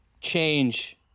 change